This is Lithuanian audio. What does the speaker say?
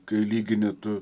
kai lygini tu